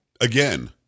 Again